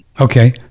Okay